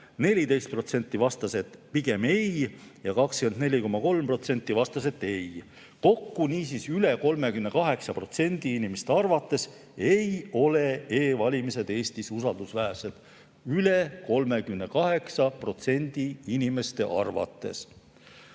14% vastas, et pigem ei, ja 24,3% vastas, et ei. Niisiis, üle 38% inimeste arvates ei ole e‑valimised Eestis usaldusväärsed. Üle 38% inimeste arvates!